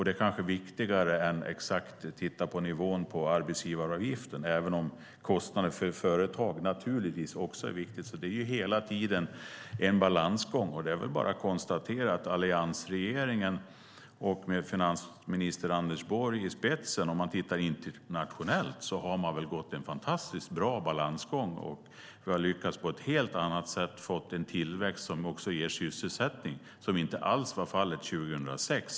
Det kanske är viktigare än att titta på den exakta nivån på arbetsgivaravgiften, även om kostnaden för ett företag naturligtvis också är viktig. Det är hela tiden en balansgång. Det är väl bara att konstatera att alliansregeringen, med finansminister Anders Borg i spetsen, om man tittar internationellt har gått en fantastiskt bra balansgång och på ett helt annat sätt har lyckats få en tillväxt som också ger sysselsättning, vilket inte alls var fallet 2006.